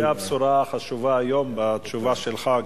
זאת הבשורה החשובה היום בתשובה שלך,